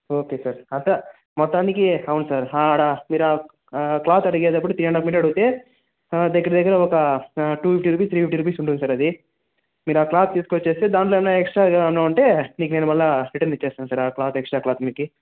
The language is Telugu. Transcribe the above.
ఓకే సార్ అంతా మొత్తానికి అవును సార్ అరా మీరు క్లాత్ అడిగేటప్పుడు త్రీ అండ్ హాఫ్ మీటర్ అడిగితే దగ్గర దగ్గర ఒక two fifty rupees three fifty rupees ఉంటుంది సార్ అది మీరు క్లాత్ తీసుకు వస్తే దాంట్లో ఏమన్న ఎక్స్ ట్రాగా ఏమన్న ఉంటే మీకు నేను మరల రిటన్ ఇస్తాను సార్ ఆ క్లాత్ ఎక్స్ ట్రా క్లాత్ మీకు